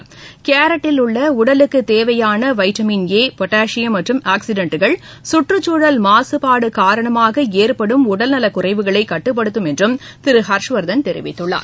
னேட்டில் உள்ள உடலுக்கு தேவையான வைட்டமின் ஏ பொட்டாசியம் மற்றும் ஆக்ஸிடென்ட்கள் சுற்றுச்சூழல் மாசுப்பாடு காரணமாக ஏற்படும் உடல்நலக் குறைவுகளை கட்டுப்படுத்தும் என்றும் திரு ஹர்ஷ்வர்த்தன் தெரிவித்துள்ளார்